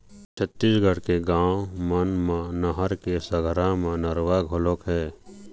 छत्तीसगढ़ के गाँव मन म नहर के संघरा म नरूवा घलोक हे